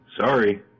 Sorry